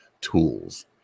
tools